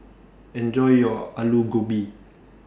Enjoy your Alu Gobi